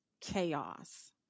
chaos